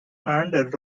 and